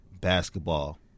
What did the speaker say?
basketball